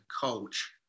coach